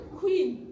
queen